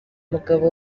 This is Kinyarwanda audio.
umugabo